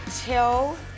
till